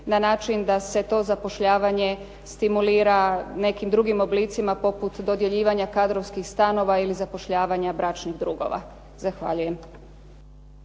na način da se to zapošljavanje stimulira nekim drugim oblicima poput dodjeljivanja kadrovskih stanova ili zapošljavanja bračnih drugova. Zahvaljujem.